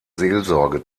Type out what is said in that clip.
seelsorge